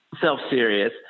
self-serious